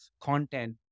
content